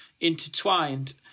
intertwined